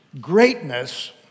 Greatness